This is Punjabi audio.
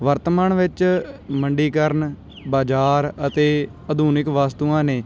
ਵਰਤਮਾਨ ਵਿੱਚ ਮੰਡੀਕਰਨ ਬਜ਼ਾਰ ਅਤੇ ਆਧੁਨਿਕ ਵਸਤੂਆਂ ਨੇ